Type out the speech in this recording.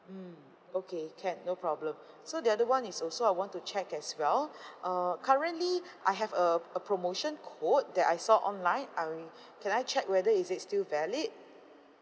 mm okay can no problem so the other one is also I want to check as well uh currently I have a a promotion code that I saw online I can I check whether is it still valid